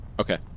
Okay